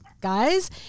guys